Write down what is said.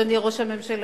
אדוני ראש הממשלה,